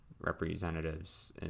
representatives